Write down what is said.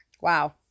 Wow